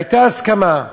והייתה הסכמה.